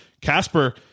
casper